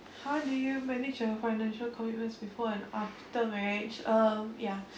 how do you manage your financial commitments before and after marriage um ya